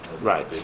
Right